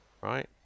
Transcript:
right